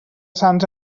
sants